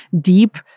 deep